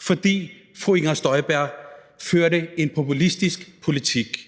fordi fru Inger Støjberg førte en populistisk politik;